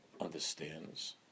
understands